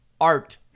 art